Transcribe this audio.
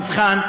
המבחן,